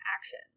action